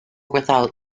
without